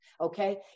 okay